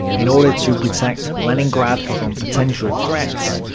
in order to protect leningrad from potential threats,